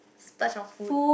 splurge on food